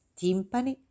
timpani